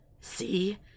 See